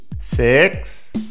Six